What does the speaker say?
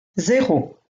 zéro